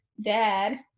dad